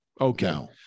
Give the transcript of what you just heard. Okay